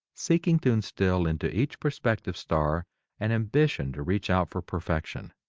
seeking to instill into each prospective star an ambition to reach out for perfection.